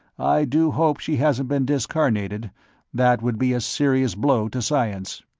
i do hope she hasn't been discarnated that would be a serious blow to science.